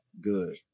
good